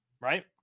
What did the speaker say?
right